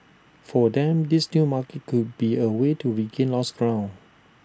for them this new market could be A way to regain lost ground